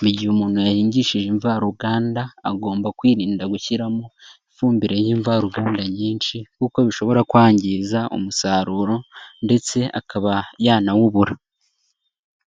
Mu gihe umuntu yahingishije imvaruganda agomba kwirinda gushyiramo ifumbire y'imvaruganda nyinshi kuko bishobora kwangiza umusaruro ndetse akaba yanawubura.